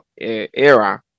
era